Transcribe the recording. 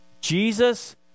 Jesus